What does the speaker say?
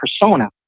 persona